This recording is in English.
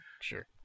Sure